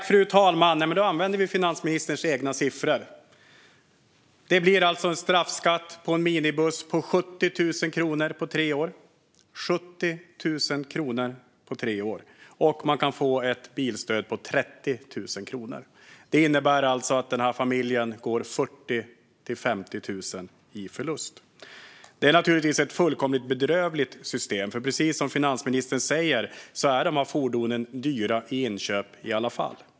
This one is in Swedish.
Fru talman! Då använder vi finansministerns egna siffror. Det blir alltså en straffskatt på en minibuss på 70 000 kronor på tre år, och man kan få ett bilstöd på 30 000 kronor. Det innebär att familjen går 40 000-50 000 kronor i förlust. Det är naturligtvis ett fullkomligt bedrövligt system. Precis som finansministern säger är dessa fordon dyra i inköp i alla fall.